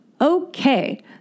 Okay